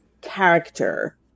character